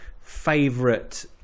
favorite